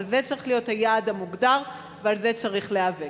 אבל זה צריך להיות היעד המוגדר ועל זה צריך להיאבק.